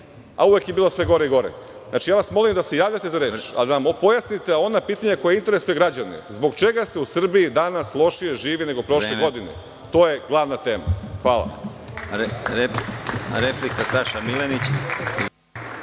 a uvek je bilo sve gore i gore. Molim vas da se javljate za reč, ali da nam pojasnite ona pitanja koja interesuju građane, zbog čega se u Srbiji danas lošije živi nego prošle godine, to je glavna tema? Hvala.